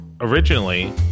Originally